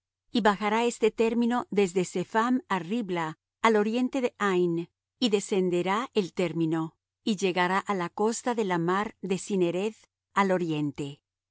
y bajará este término desde sepham á ribla al oriente de ain y descenderá el término y llegará á la costa de la mar de cinnereth al oriente